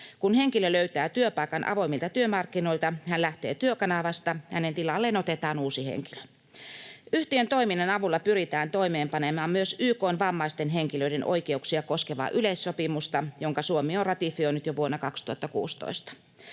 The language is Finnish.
Kun henkilö löytää työpaikan avoimilta työmarkkinoilta, hän lähtee Työkanavasta, ja hänen tilalleen otetaan uusi henkilö. Yhtiön toiminnan avulla pyritään toimeenpanemaan myös YK:n vammaisten henkilöiden oikeuksia koskevaa yleissopimusta, jonka Suomi on ratifioinut jo vuonna 2016.